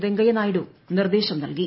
വെങ്കയ്യ നായിഡു നിർദേശം നൽകി